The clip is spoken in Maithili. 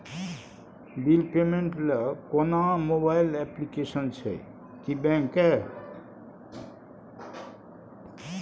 बिल पेमेंट ल कोनो मोबाइल एप्लीकेशन छै की बैंक के?